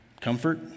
Comfort